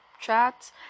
chats